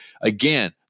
again